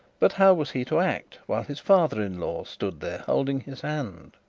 but how was he to act while his father-in-law stood there holding his hand?